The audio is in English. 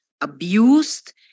abused